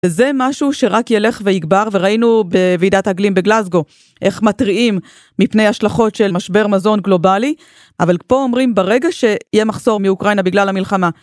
זה משהו שרק ילך ויגבר וראינו בוועידת הגלים בגלסגו איך מתריעים מפני השלכות של משבר מזון גלובלי אבל פה אומרים ברגע שיהיה מחסור מאוקראינה בגלל המלחמה